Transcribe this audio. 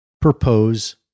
propose